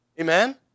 Amen